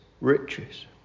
riches